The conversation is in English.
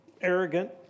arrogant